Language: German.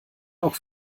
auch